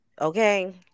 Okay